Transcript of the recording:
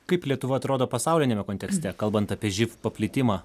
kaip lietuva atrodo pasauliniame kontekste kalbant apie živ paplitimą